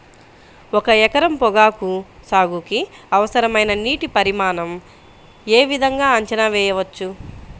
ఒక ఎకరం పొగాకు సాగుకి అవసరమైన నీటి పరిమాణం యే విధంగా అంచనా వేయవచ్చు?